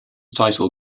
title